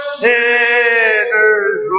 sinners